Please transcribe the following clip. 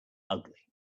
ugly